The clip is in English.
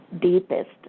deepest